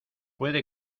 puede